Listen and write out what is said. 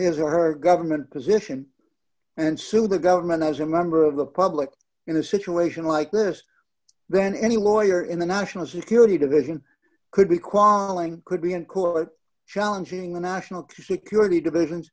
his or her government position and sue the government as a member of the public in a situation like this then any warrior in the national security division could be quarreling could be in court challenging the national security division